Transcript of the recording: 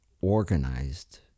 organized